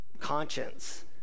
conscience